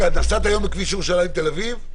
נסעת היום בכביש ירושלים תל אביב?